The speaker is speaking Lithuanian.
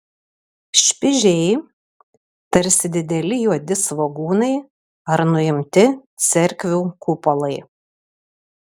špižiai tarsi dideli juodi svogūnai ar nuimti cerkvių kupolai